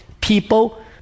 people